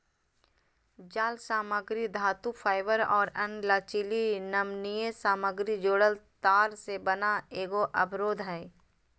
जालसामग्री धातुफाइबर और अन्य लचीली नमनीय सामग्री जोड़ल तार से बना एगो अवरोध हइ